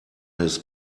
his